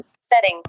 settings